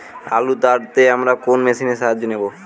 আলু তাড়তে আমরা কোন মেশিনের সাহায্য নেব?